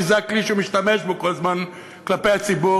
כי זה הכלי שהוא משתמש בו כל הזמן כלפי הציבור,